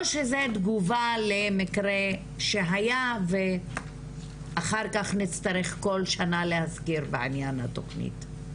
או שזה תגובה למקרה שהיה ואחר כך נצטרך כל שנה להזכיר בעניין התוכנית?